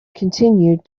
continued